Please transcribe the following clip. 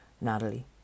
Natalie